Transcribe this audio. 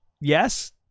yes